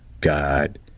God